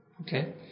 Okay